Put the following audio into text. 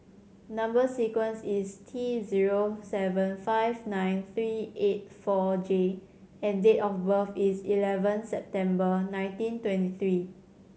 number sequence is T zero seven five nine three eight four J and date of birth is eleven September nineteen twenty three